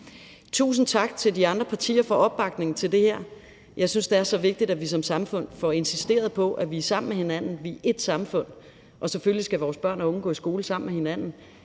Tusind tak til de andre partier for opbakningen til det her. Jeg synes, det er så vigtigt, at vi som samfund får insisteret på, at vi er sammen med hinanden, at vi er ét samfund, og at vores børn og unge selvfølgelig skal gå i skole sammen med hinanden